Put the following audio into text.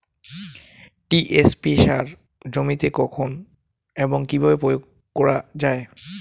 TSP সার জমিতে কখন এবং কিভাবে প্রয়োগ করা য়ায়?